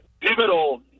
pivotal